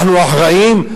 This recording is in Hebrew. אנחנו אחראים,